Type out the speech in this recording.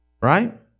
right